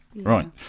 right